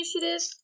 initiative